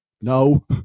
No